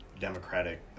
democratic